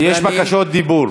יש בקשות דיבור.